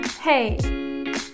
Hey